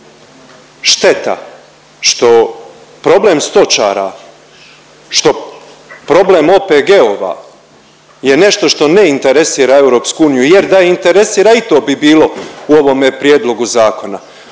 Šteta što problem stočara, što problem OPG-ova je nešto što ne interesira EU jer da ih interesira i to bi bilo u ovome prijedlogu zakona.